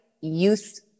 youth